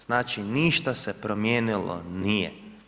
Znači ništa se promijenilo nije.